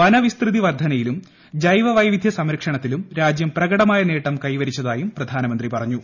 വന വിസ്തൃതി വർധ നയിലും ജൈവവൈവിധ്യ സംരക്ഷണത്തിലും രാജ്യം പ്രകടമായ നേട്ടം കൈവരിച്ചതായും പ്രധാനമന്ത്രി പറഞ്ഞു